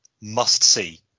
must-see